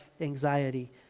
anxiety